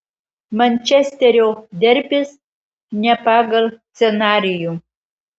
mančesterio derbis ne pagal scenarijų